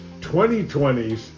2020s